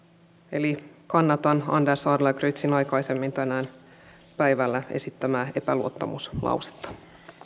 eli kannatan anders adlercreutzin aikaisemmin tänään päivällä esittämää epäluottamuslausetta